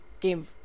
game